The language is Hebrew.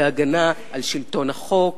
בהגנה על שלטון החוק,